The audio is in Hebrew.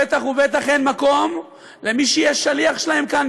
בטח ובטח אין מקום למי שיהיה שליח שלהן כאן,